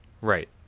Right